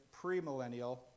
premillennial